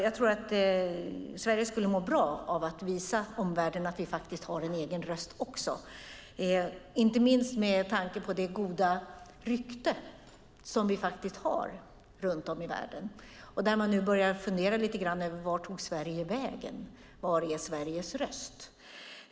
Jag tror att Sverige skulle må bra av att visa omvärlden att vi också har en egen röst, inte minst med tanke på det goda rykte som vi faktiskt har runt om i världen. Där börjar man nu fundera över vart Sverige tog vägen. Var är Sveriges röst?